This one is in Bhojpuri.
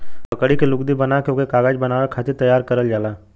लकड़ी के लुगदी बना के ओके कागज बनावे खातिर तैयार करल जाला